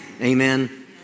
Amen